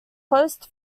closed